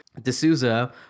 D'Souza